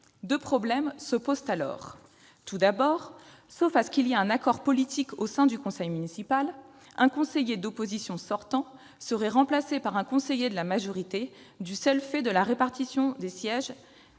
Deux problèmes se posent alors. D'une part, sauf à ce qu'il y ait accord politique au sein du conseil municipal, un conseiller d'opposition sortant serait remplacé par un conseiller de la majorité du seul fait de la répartition des sièges